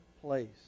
place